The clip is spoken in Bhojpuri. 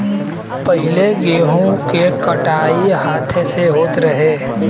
पहिले गेंहू के कटाई हाथे से होत रहे